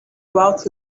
about